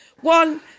one